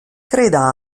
creda